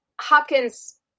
Hopkins